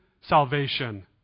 salvation